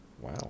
Wow